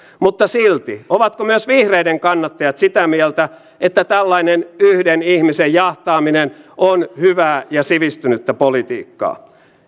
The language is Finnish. mutta silti ovatko myös vihreiden kannattajat sitä mieltä että tällainen yhden ihmisen jahtaaminen on hyvää ja sivistynyttä politiikkaa